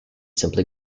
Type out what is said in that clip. simply